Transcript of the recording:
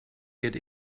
get